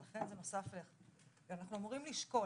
ולכן אנחנו אמורים לשקול.